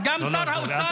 -- גם שר האוצר